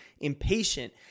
impatient